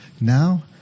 now